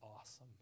awesome